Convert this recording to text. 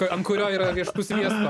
ant kurio yra riešutų sviesto